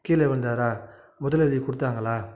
கீழே விழுந்தாரா முதலுதவி கொடுத்தாங்களா